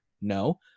no